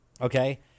okay